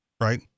right